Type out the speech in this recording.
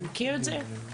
אתה מכיר את זה?